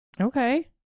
okay